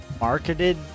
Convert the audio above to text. marketed